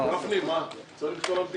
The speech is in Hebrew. גפני, צריך למצוא להם פתרון.